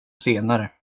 senare